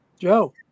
Joe